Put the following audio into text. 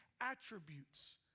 attributes